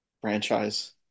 franchise